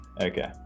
Okay